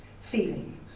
feelings